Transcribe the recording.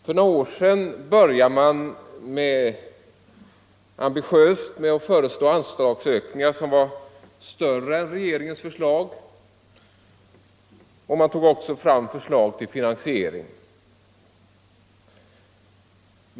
För några år sedan började man ambitiöst med att föreslå anslagsökningar som var större än regeringens förslag, och man tog också fram förslag till finansiering.